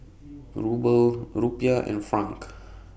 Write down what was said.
Ruble Rupiah and Franc